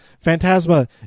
Phantasma